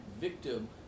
victim